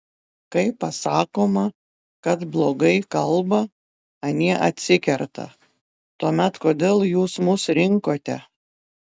kai pasakoma kad blogai kalba anie atsikerta tuomet kodėl jūs mus rinkote